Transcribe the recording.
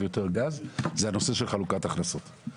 יותר דגש זה הנושא של חלוקת הכנסות.